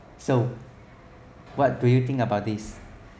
so what do you think about this